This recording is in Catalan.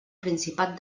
principat